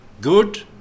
good